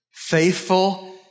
Faithful